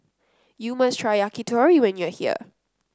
you must try yakitori when you are here